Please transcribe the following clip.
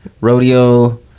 Rodeo